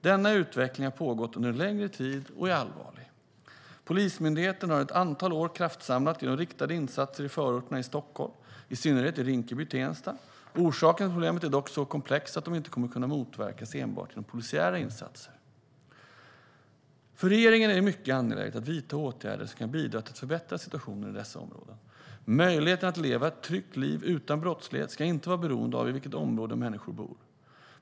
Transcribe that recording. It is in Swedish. Denna utveckling har pågått under en längre tid och är allvarlig. Polismyndigheten har under ett antal år kraftsamlat genom riktade insatser i förorterna i Stockholm, i synnerhet i Rinkeby och Tensta. Orsakerna till problemen är dock så komplexa att de inte kommer att kunna motverkas enbart genom polisiära insatser. För regeringen är det mycket angeläget att vidta åtgärder som kan bidra till att förbättra situationen i dessa områden. Möjligheten att leva ett tryggt liv utan brottslighet ska inte vara beroende av i vilket område människor bor.